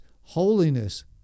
holiness